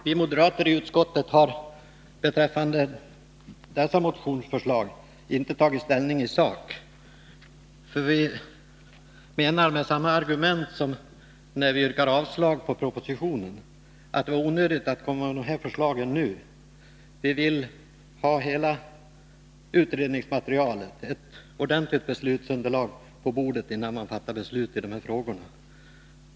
Vi moderater i utskottet har beträffande dessa motionsförslag inte tagit ställning i sak, för vi menar, med samma argument som när vi yrkar avslag på propositionen, att det är onödigt att komma med de här förslagen nu. Vi vill ha hela utredningsmaterialet, ett ordentligt beslutsunderlag, på bordet innan beslut fattas i de här frågorna.